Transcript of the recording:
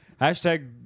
Hashtag